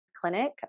clinic